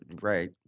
Right